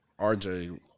RJ